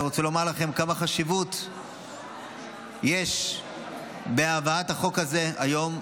אני רוצה לומר לכם כמה חשיבות יש בהעברת החוק הזה היום.